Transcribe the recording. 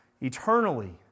Eternally